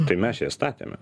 tai mes ją statėme